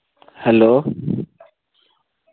hello